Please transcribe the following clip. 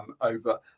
over